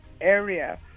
area